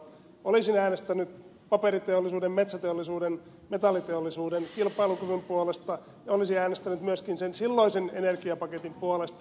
olisin äänestänyt paperiteollisuuden metsäteollisuuden metalliteollisuuden kilpailukyvyn puolesta ja olisin äänestänyt myöskin sen silloisen energiapaketin puolesta